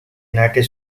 united